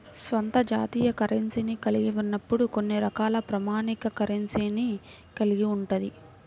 స్వంత జాతీయ కరెన్సీని కలిగి ఉన్నప్పుడు కొన్ని రకాల ప్రామాణిక కరెన్సీని కలిగి ఉంటది